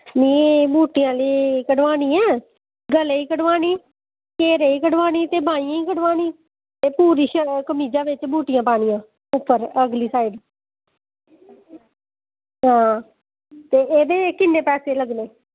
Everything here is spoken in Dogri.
में बूह्टे आह्ली कड़ाह्नी ऐं गले गी कड़वानी तीरे गी कड़वानी ते बाहियें गी कड़वानी पूरी कमीजा बिच्च बूटियां पानियां उप्पर अगली साईड